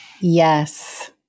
Yes